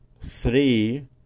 three